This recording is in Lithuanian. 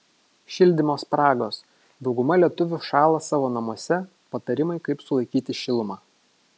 šildymo spragos dauguma lietuvių šąla savo namuose patarimai kaip sulaikyti šilumą